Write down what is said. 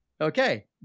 okay